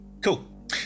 Cool